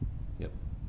yup